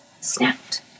snapped